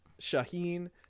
Shaheen